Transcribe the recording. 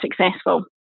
successful